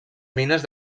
mines